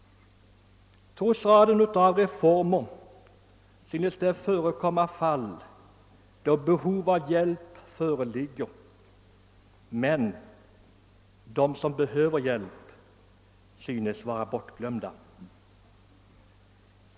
Trots raden av reformer synes det förekomma fall där de som behöver hjälp är bortglömda.